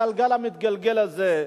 הגלגל המתגלגל הזה,